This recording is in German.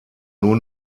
nur